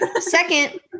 Second